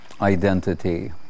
identity